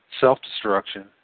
self-destruction